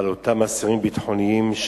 לאותם אסירים ביטחוניים,